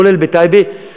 כולל בטייבה,